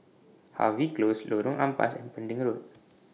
Harvey Close Lorong Ampas and Pending Road